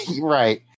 Right